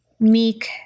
meek